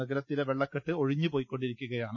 നഗരത്തിലെ വെള്ളക്കെട്ട് ഒഴിഞ്ഞ് പൊയ്ക്കൊണ്ടിരിക്കുകയാണ്